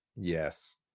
Yes